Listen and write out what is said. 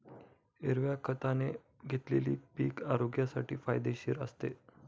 हिरव्या खताने घेतलेले पीक आरोग्यासाठी फायदेशीर असते